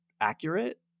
accurate